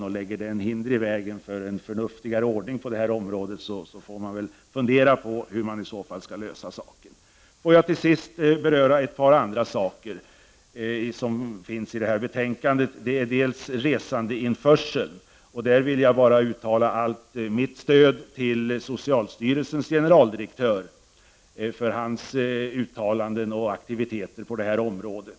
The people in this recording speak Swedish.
Om den lägger hinder i vägen för en förnuftigare ordning på detta område, får vi fundera på hur man i så fall skall ordna saken. Jag vill till sist beröra ett par andra saker som nämns i betänkandet. När det gäller resandeinförsel vill jag uttala allt mitt stöd till socialstyrelsens generaldirektör för hans uttalanden och aktiviteter på det här området.